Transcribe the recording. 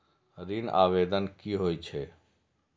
ऋण आवेदन की होय छै?